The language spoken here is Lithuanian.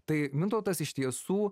tai mintautas iš tiesų